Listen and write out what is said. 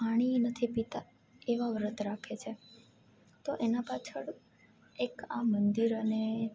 પાણીય નથી પિતા એવા વ્રત રાખે છે તો એના પાછળ એક મંદિર અને